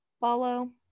follow